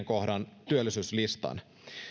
kohdan työllisyyslistan